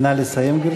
נא לסיים, גברתי.